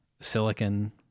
silicon